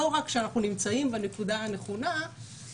לא רק שאנחנו נמצאים בנקודה הנכונה,